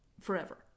forever